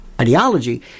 ideology